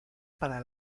para